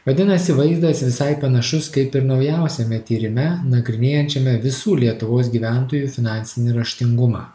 vadinasi vaizdas visai panašus kaip ir naujausiame tyrime nagrinėjančiame visų lietuvos gyventojų finansinį raštingumą